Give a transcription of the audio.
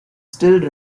still